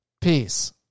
Peace